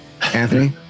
Anthony